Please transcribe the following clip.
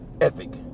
ethic